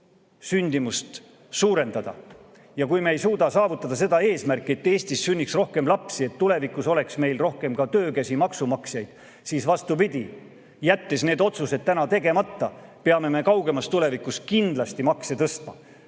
ja kui me ei suuda saavutada seda eesmärki, et Eestis sünniks rohkem lapsi, et tulevikus oleks meil rohkem töökäsi, maksumaksjaid, siis vastupidi, jättes need otsused täna tegemata, peame me kaugemas tulevikus kindlasti makse tõstma